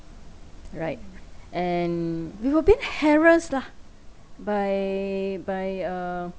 right and we were being harassed lah by by uh